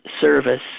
service